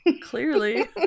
clearly